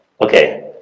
okay